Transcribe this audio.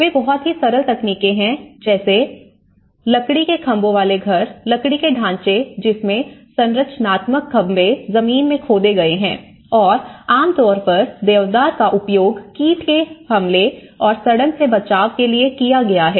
वे बहुत ही सरल तकनीके हैं जैसे लकड़ी के खंभों वाले घर लकड़ी के ढांचे जिसमें संरचनात्मक खंबे जमीन में खोदे गए हैं और आमतौर पर देवदार का उपयोग कीट के हमले और सड़न से बचाव के लिए किया गया है